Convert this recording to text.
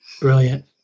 Brilliant